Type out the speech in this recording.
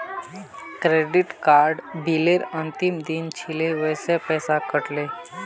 credit card बिलेर अंतिम दिन छिले वसे पैसा कट ले